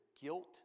guilt